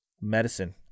medicine